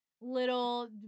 little